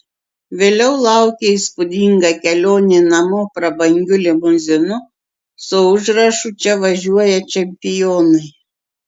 vėliau laukė įspūdinga kelionė namo prabangiu limuzinu su užrašu čia važiuoja čempionai